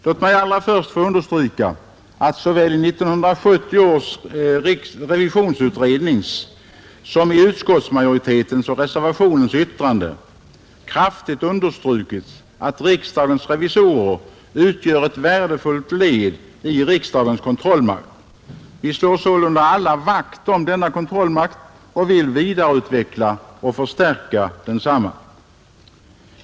Låt mig allra först få understryka att såväl i 1970 års revisionsutrednings som i utskottsmajoritetens och reservationens skrivning kraftigt understrukits att riksdagens revisorer utgör ett värdefullt led i riksdagens kontrollmakt. Vi slår sålunda alla vakt om denna kontrollmakt och vill vidareutveckla och förstärka den.